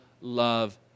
love